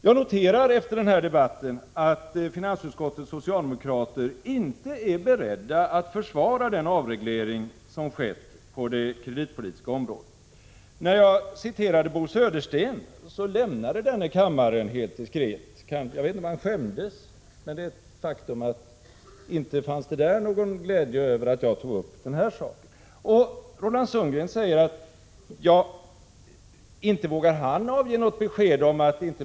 Jag noterar, efter den här debatten, att finansutskottets socialdemokrater inte är beredda att försvara den avreglering som skett på det kreditpolitiska området. När jag citerade Bo Södersten, lämnade denne kammaren helt diskret. Jag vet inte om han skämdes, men ett faktum är att inte fanns det på — Prot. 1986/87:46 det hållet någon glädje över att jag tog upp den här saken. 10 december 1986 Roland Sundgren säger att han inte vågar ge något besked om att inte.